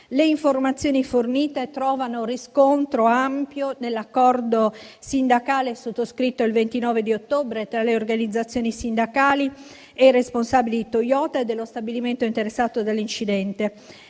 Le informazioni fornite trovano ampio riscontro nell'accordo sindacale sottoscritto il 29 ottobre tra le organizzazioni sindacali e i responsabili di Toyota e dello stabilimento interessato dall'incidente.